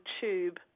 tube